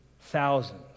thousands